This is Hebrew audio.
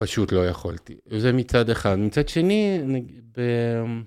פשוט לא יכולתי, וזה מצד אחד. מצד שני...